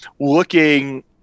looking